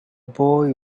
boy